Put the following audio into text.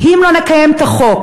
אם לא נקיים את החוק,